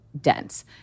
dense